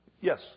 Yes